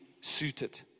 suited